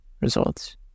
results